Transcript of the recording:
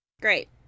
Great